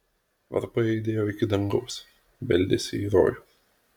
varpai aidėjo iki dangaus beldėsi į rojų